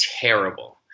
terrible